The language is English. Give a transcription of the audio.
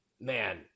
man